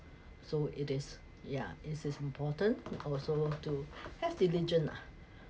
so it is yeah is is important to also to